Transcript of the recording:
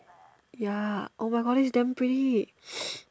ya oh my god this is damn pretty